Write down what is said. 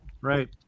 Right